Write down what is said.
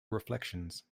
reflections